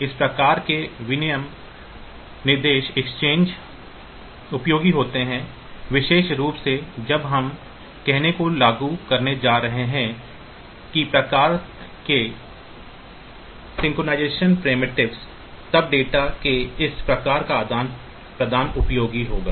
इसलिए इस प्रकार के विनिमय निर्देश उपयोगी होते हैं विशेष रूप से जब हम कहने को लागू करने जा रहे हैं कि प्रकार के सिंक्रनाइज़ेशन प्राइमेटिव्स तब डेटा के इस प्रकार का आदान प्रदान उपयोगी होगा